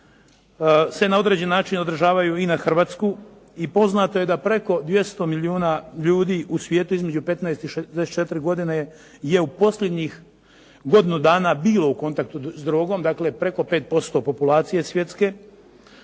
se na određen način odražavaju i na Hrvatsku i poznato je da preko 200 milijuna ljudi u svijetu između 15 i 64 godine je u posljednjih godinu dana bilo u kontaktu s drogom, dakle preko 5% populacije svjetske